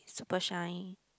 super shine